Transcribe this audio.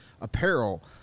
apparel